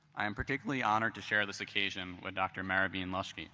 i am particularly honored to share this occasion with dr. maravene loeschke.